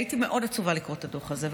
הייתי מאוד עצובה לקרוא את הדוח הזה,